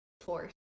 force